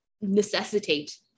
necessitate